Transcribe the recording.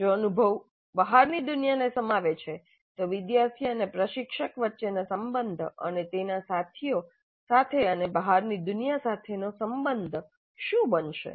જો અનુભવ બહારની દુનિયાને સમાવે છે તો વિદ્યાર્થી અને પ્રશિક્ષક વચ્ચેનો સંબંધ અને તેના સાથીઓ સાથે અને બહારની દુનિયા સાથેનો સંબંધ શું બનશે